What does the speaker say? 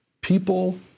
people